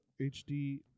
HD